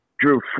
drew